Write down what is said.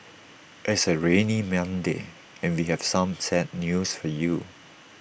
it's A rainy Monday and we have some sad news for you